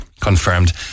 confirmed